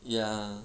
ya